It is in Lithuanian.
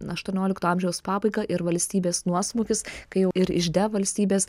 aštuoniolikto amžiaus pabaigą ir valstybės nuosmukis kai ir ižde valstybės